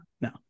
No